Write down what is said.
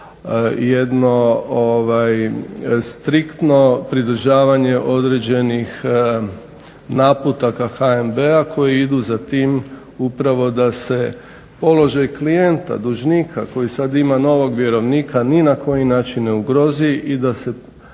jedno striktno pridržavanje određenih naputaka HNB-a koje idu upravo za tim da se položaj klijenta, dužnika koji sada ima novog vjerovnika ni na koji način ne ugrozi i da se